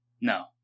No